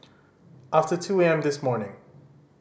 after two A M this morning